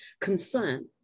concern